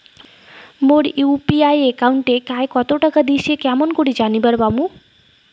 মোর UPI একাউন্টে কায় কতো টাকা দিসে কেমন করে জানিবার পামু?